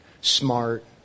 smart